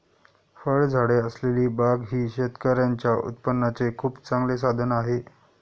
फळझाडे असलेली बाग ही शेतकऱ्यांच्या उत्पन्नाचे खूप चांगले साधन आहे